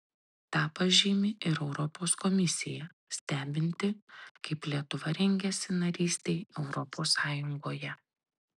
tą pažymi ir europos komisija stebinti kaip lietuva rengiasi narystei europos sąjungoje